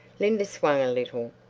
linda swung a little.